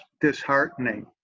disheartening